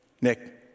Nick